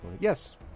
Yes